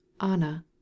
Anna